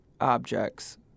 objects